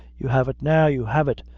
you have it now you have it!